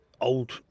old